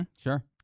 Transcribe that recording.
Sure